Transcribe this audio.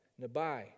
Nabai